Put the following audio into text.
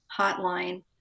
hotline